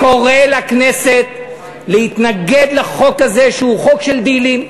אני קורא לכנסת להתנגד לחוק הזה שהוא חוק של דילים ולהחליט,